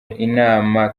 inama